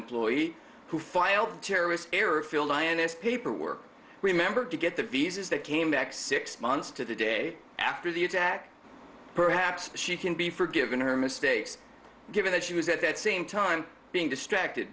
employee who filed terrorist airfield ins paperwork remember to get the visas that came back six months to the day after the attack perhaps she can be forgiven her mistakes given that she was at that same time being distracted